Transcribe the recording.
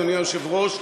אדוני היושב-ראש,